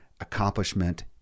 accomplishment